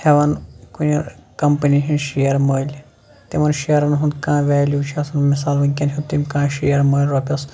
ہٮ۪وان کُنہِ کمپٔنی ہٕنٛدۍ شِیر مٔلۍ تِمَن شِیرَن ہُنٛد کانٛہہ ویلیوٗ چھِ آسان مِثال وُنکٮ۪ن ہیوٚت تٔمۍ کانٛہہ شِیر مٔلۍ رۄپیَس